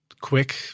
quick